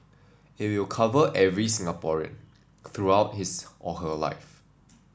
it will cover every Singaporean throughout his or her life